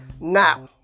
Now